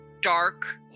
dark